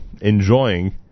enjoying